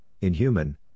inhuman